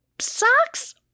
socks